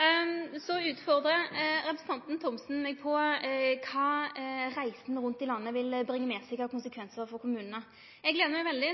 Representanten Thomsen utfordrar meg på kva reisa rundt i landet vil bringe med seg av konsekvensar for kommunane. Eg gler meg veldig